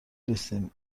نیستیم